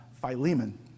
Philemon